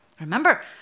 Remember